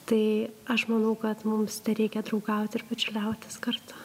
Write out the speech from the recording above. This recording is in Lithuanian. tai aš manau kad mums tereikia draugauti ir bičiuliautis kartu